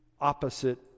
opposite